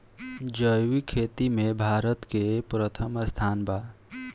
जैविक खेती में भारत के प्रथम स्थान बा